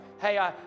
hey